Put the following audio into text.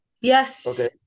yes